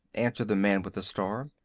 answered the man with the star.